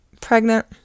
pregnant